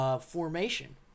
Formation